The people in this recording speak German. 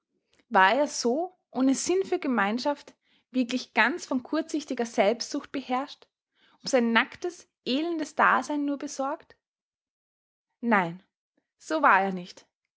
war er so ohne sinn für gemeinschaft wirklich ganz von kurzsichtiger selbstsucht beherrscht um sein nacktes elendes dasein nur besorgt nein so war er nicht